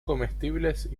comestibles